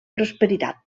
prosperitat